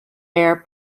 air